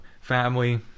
family